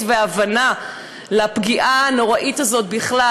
והבנה של הפגיעה הנוראית הזאת בכלל?